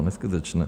Neskutečné!